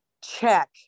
check